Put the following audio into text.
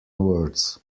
words